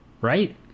right